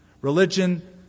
Religion